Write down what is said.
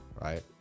right